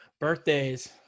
birthdays